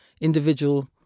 individual